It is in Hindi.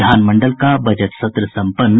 विधान मंडल का बजट सत्र संपन्न